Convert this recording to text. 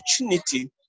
opportunity